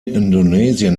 indonesien